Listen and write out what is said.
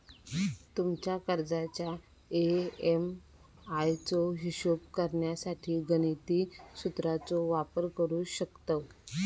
तुमच्या कर्जाच्या ए.एम.आय चो हिशोब करण्यासाठी गणिती सुत्राचो वापर करू शकतव